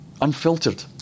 Unfiltered